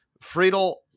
friedel